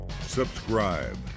subscribe